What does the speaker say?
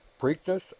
Preakness